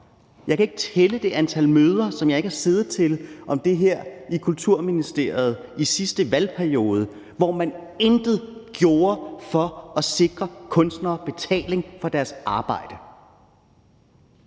Jeg kan ikke tælle det antal møder om det her, som jeg ikke har siddet til i Kulturministeriet i sidste valgperiode, hvor man intet gjorde for at sikre kunstnere betaling for deres arbejde.